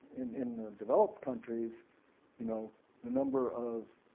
in developed countries you know the number of